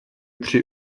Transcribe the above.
tři